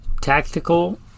Tactical